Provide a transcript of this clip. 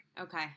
Okay